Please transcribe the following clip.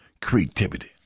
creativity